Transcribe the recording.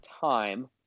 time